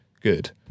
good